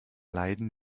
leiden